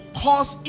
cause